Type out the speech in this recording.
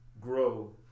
grow